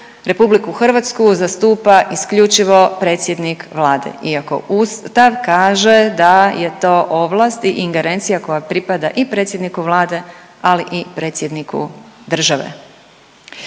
vijeću RH zastupa isključivo predsjednik Vlade iako Ustav kaže da je to ovlast i ingerencija koja pripada i predsjedniku Vlade, ali i predsjedniku države.